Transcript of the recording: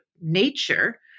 nature